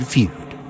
Feud